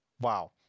Wow